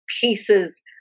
pieces